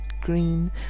green